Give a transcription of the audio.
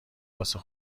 واسه